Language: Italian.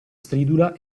stridula